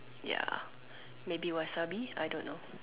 ya maybe wasabi I don't know